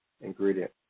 ingredient